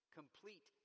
complete